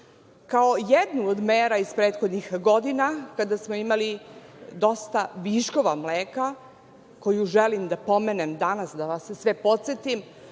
Kao jednu od mera iz prethodnih godina, kada smo imali dosta viškova mleka, koju želim da pomenem danas, da vas sve podsetim,